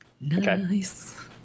Nice